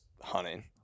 hunting